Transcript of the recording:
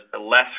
less